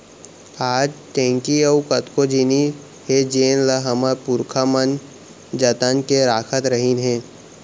आज ढेंकी अउ कतको जिनिस हे जेन ल हमर पुरखा मन जतन के राखत रहिन हे